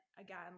again